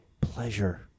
pleasure